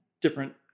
different